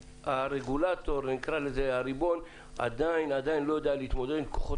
הריבון עדיין לא יודע להתמודד עם כוחות